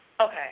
okay